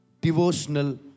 Devotional